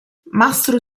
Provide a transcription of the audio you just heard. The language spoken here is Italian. mastro